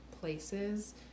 places